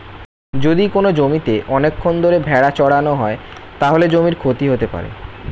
যদি কোনো জমিতে অনেকক্ষণ ধরে ভেড়া চড়ানো হয়, তাহলে জমির ক্ষতি হতে পারে